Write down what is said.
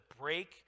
break